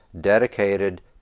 dedicated